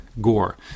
gore